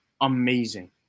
amazing